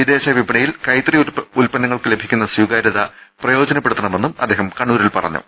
വിദേശ വിപണിയിൽ കൈത്തറി ഉൽപ്പന്നങ്ങൾക്ക് ലഭിക്കുന്ന സ്വീകാര്യത പ്രയോജനപ്പെടുത്തണമെന്നും അദ്ദേഹം കണ്ണൂരിൽ പറഞ്ഞു